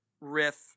riff